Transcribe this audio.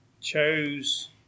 chose